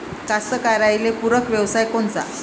कास्तकाराइले पूरक व्यवसाय कोनचा?